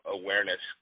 awareness